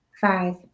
five